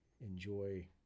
enjoy